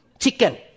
Chicken